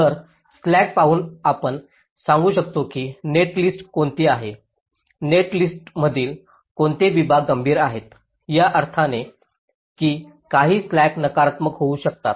तर स्लॅक पाहून आपण सांगू शकतो की नेटलिस्ट कोणती आहे नेटलिस्टतील कोणते विभाग गंभीर आहेत या अर्थाने की काही स्लॅक्स नकारात्मक होऊ शकतात